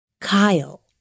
Kyle